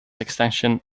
extension